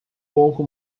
pouco